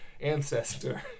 ancestor